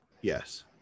Yes